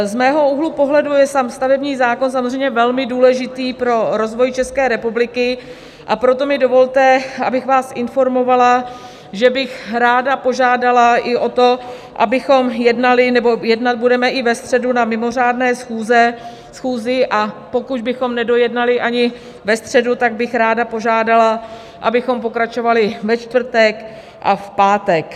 Z mého úhlu pohledu je sám stavební zákon samozřejmě velmi důležitý pro rozvoj České republiky, a proto mi dovolte, abych vás informovala, že bych ráda požádala i o to, abychom jednali, nebo jednat budeme, i ve středu na mimořádné schůzi, a pokud bychom nedojednali ani ve středu, tak bych ráda požádala, abychom pokračovali ve čtvrtek a v pátek.